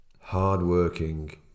hardworking